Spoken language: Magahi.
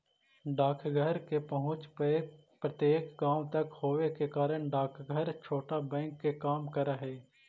डाकघर के पहुंच प्रत्येक गांव तक होवे के कारण डाकघर छोटा बैंक के काम करऽ हइ